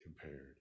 compared